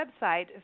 website